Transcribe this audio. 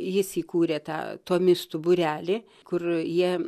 jis įkūrė tą tomistų būrelį kur jie